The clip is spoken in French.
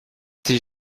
des